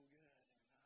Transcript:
good